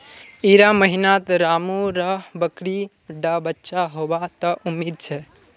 इड़ा महीनात रामु र बकरी डा बच्चा होबा त उम्मीद छे